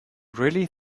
really